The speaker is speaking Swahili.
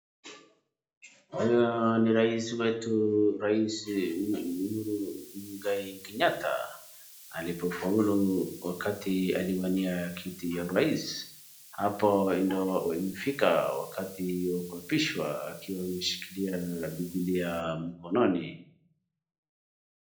Haya ni rais wetu rais Uhuru Mungai Kenyatta alipofaulu wakati aliwania kiti ya urais. Hapo ndio imefika wakati wa kuapisha akiwa ameshikilia bibilia mkononi.